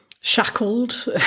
shackled